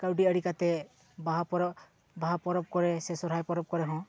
ᱠᱟᱹᱣᱰᱤ ᱟᱹᱨᱤ ᱠᱟᱛᱮ ᱵᱟᱦᱟ ᱯᱚᱨᱚᱵᱽ ᱵᱟᱦᱟ ᱯᱚᱨᱚᱵᱽ ᱠᱚᱨᱮ ᱥᱮ ᱥᱚᱦᱨᱟᱭ ᱯᱚᱨᱚᱵᱽ ᱠᱚᱨᱮ ᱦᱚᱸ